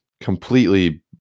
completely